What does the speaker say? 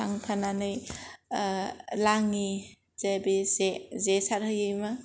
थांफानानै लाङि जे बे जे सारहैयोमोन